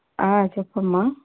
ఆ చెప్పమ్మా